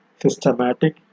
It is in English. systematic